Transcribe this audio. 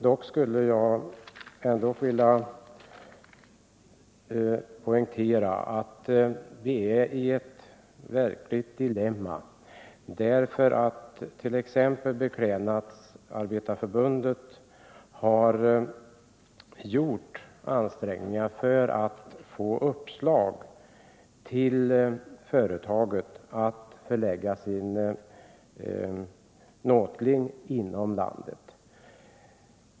Dock skulle jag vilja poängtera att vi befinner oss i ett verkligt dilemma. Beklädnadsarbetareförbundet har t.ex. gjort ansträngningar för att finna uppslag som kan förmå företaget att förlägga sin nåtling inom landet.